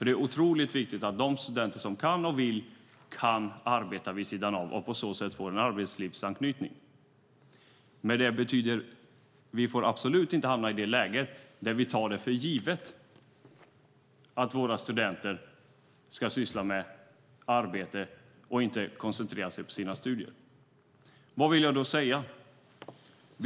Det är otroligt viktigt att de studenter som kan och vill kan arbeta vid sidan av och på så sätt få en arbetslivsanknytning. Men vi får absolut inte hamna i det läget att vi tar det för givet att våra studenter ska syssla med arbete och inte koncentrera sig på sina studier. Vad vill jag då säga?